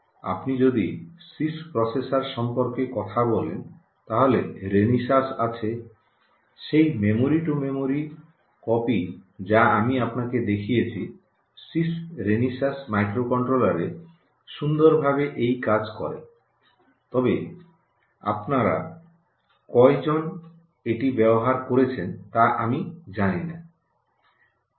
আপনি যদি সিআইএসসি প্রসেসরের সম্পর্কে কথা বলেন তাহলে রেনিসাস আছে সেই মেমরি টু মেমরি কপি যা আমি আপনাকে দেখিয়েছি সিআইএসসি রিনিসাস মাইক্রোকন্ট্রোলারে সুন্দর ভাবে এই কাজ করে তবে আপনারা কয়জন এটি ব্যবহার করছেন তা আমরা জানি না